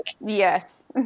Yes